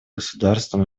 государствам